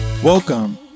Welcome